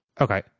Okay